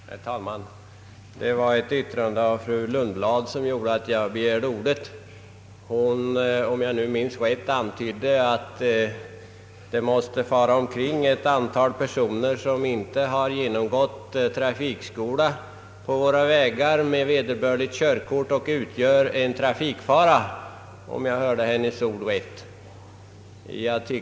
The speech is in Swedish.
Herr talman! Det var ett yttrande av fru Lundblad som föranledde mig att begära ordet. Om jag hörde rätt antydde hon att det på våra vägar måste fara omkring ett antal personer med vederbörligt körkort, vilka inte har genomgått körskola och utgör en trafikfara. Möjligen var detta en missuppfattning från min sida.